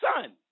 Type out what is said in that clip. son